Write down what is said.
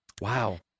Wow